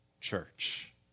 church